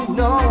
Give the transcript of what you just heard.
no